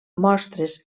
mostres